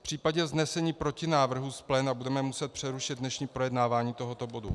V případě vznesení protinávrhu z pléna budeme muset přerušit dnešní projednávání tohoto bodu.